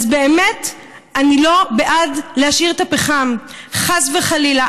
אז באמת, אני לא בעד להשאיר את הפחם, חס וחלילה.